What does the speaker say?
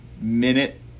minute